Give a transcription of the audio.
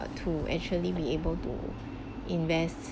to actually be able to invest